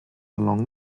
along